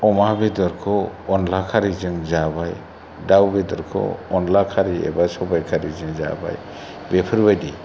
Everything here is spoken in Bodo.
अमा बेदरखौ अनला खारिजों जाबाय दाव बेदरखौ अनला खारि एबा सबाय खारिजों जाबाय बेफोरबायदि